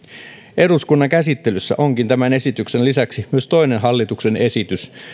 eduskunnan käsittelyssä onkin tämän esityksen lisäksi myös toinen hallituksen esitys